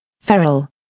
Feral